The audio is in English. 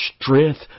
strength